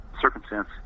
circumstance